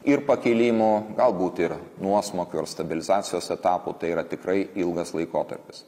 ir pakilimų galbūt ir nuosmukių ir stabilizacijos etapų tai yra tikrai ilgas laikotarpis